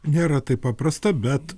nėra taip paprasta bet